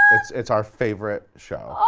it's it's our favorite show, so